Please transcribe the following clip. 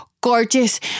gorgeous